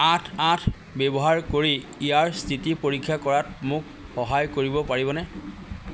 আঠ আঠ ব্যৱহাৰ কৰি ইয়াৰ স্থিতি পৰীক্ষা কৰাত মোক সহায় কৰিব পাৰিবনে